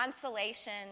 consolation